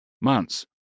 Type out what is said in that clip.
months